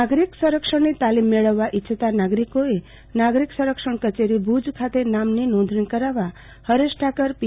નાગરિક સંરક્ષણની તાલીમ મેળવવા ઈચ્છતાનાગરિકોએ નાગરિક સંરક્ષણ કચેરી ભુજ ખાતે નામની નોંધણી કરાવવા હરેશ ઠાકર પી